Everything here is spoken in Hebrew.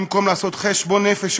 במקום לעשות חשבון נפש,